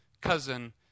cousin